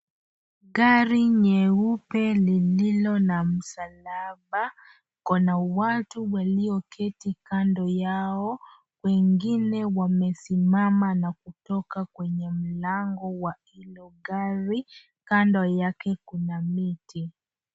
Gari nyeupe lililo na msalaba, ikona watu walioketi kando yao, wengine wamesimama na kutoka kwenye mlango wa ile gari, kando yake kuna miti.